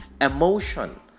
emotion